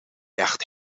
echt